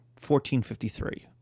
1453